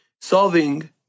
solving